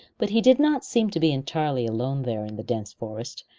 but he did not seem to be entirely alone there in the dense forest,